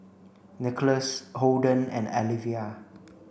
Nicholas Holden and Alivia